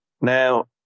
now